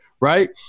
right